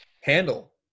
handle